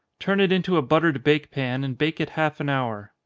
turn it into a buttered bake pan, and bake it half an hour.